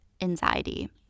anxiety